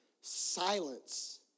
silence